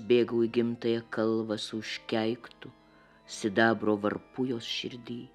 bėgu į gimtąją kalbą su užkeiktu sidabro varpu jos širdy